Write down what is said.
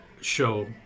show